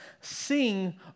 sing